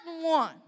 one